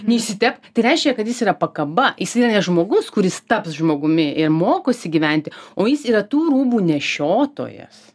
neišsitepk tai reiškia kad jis yra pakaba jis yra ne yra žmogus kuris taps žmogumi ir mokosi gyventi o jis yra tų rūbų nešiotojas